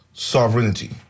Sovereignty